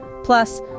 Plus